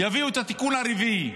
יביאו את התיקון הרביעי,